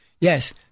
Yes